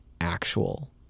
actual